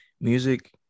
music